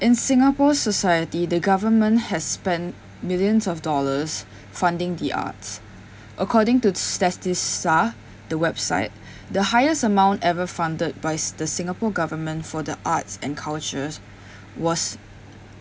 in singapore society the government has spent millions of dollars funding the arts according to statista the website the highest amount ever funded by s~ the singapore government for the arts and cultures was